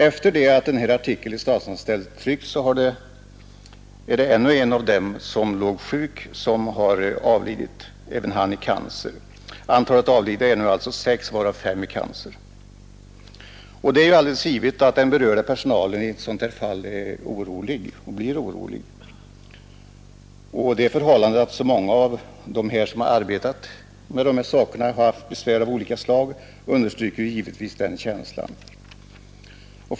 Efter det att artikeln i Statsanställd tryckts har ännu en av de sjuka avlidit, även han i cancer. Antalet avlidna är nu alltså sex, varav fem i cancer. Det är alldeles givet att den berörda personalen i ett sådant här fall blir orolig. Det förhållandet att så många av dem som arbetat med dessa saker haft besvär av olika slag understryker givetvis den känslan.